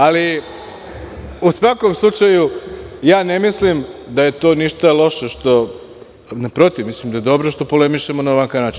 Ali u svakom slučaju, ja ne mislim da je to ništa loše, na protiv, mislim da je dobro što polemišemo na ovakav način.